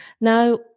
Now